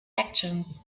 actions